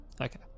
Okay